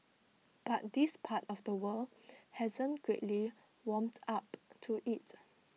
but this part of the world hasn't greatly warmed up to IT